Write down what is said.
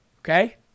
Okay